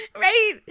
Right